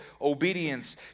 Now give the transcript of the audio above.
obedience